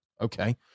okay